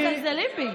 מזלזלים בי.